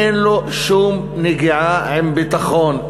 אין לו שום נגיעה בביטחון,